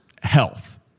health